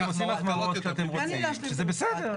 אתם עושים החמרות כשאתם רוצים, שזה בסדר.